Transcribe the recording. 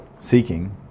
seeking